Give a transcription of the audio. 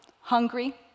hungry